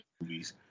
movies